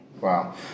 wow